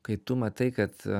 kai tu matai kad